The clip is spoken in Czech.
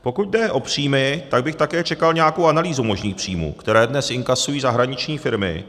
Pokud jde o příjmy, tak bych také čekal nějakou analýzu možných příjmů, které dnes inkasují zahraniční firmy.